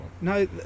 No